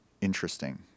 Interesting